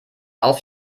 aus